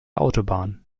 autobahn